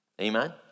Amen